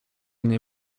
nie